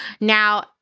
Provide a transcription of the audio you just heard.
Now